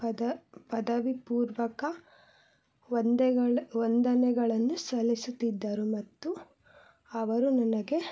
ಪದ ಪದವಿ ಪೂರ್ವಕ ವಂದೆಗಳ್ ವಂದನೆಗಳನ್ನು ಸಲ್ಲಿಸುತ್ತಿದ್ದರು ಮತ್ತು ಅವರು ನನಗೆ